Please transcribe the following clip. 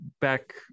back